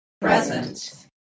Present